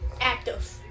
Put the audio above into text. active